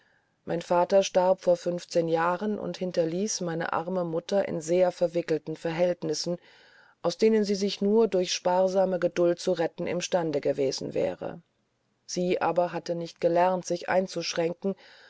mein vater starb vor fünfzehn jahren und hinterließ meine arme mutter in sehr verwickelten verhältnissen aus denen sie sich nur durch sparsame geduld zu retten im stande gewesen wäre sie aber hatte nicht gelernt sich einzuschränken